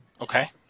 Okay